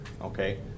okay